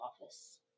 office